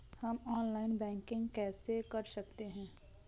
हम online banking कैसे कर सकते हैं?